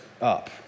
up